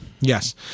yes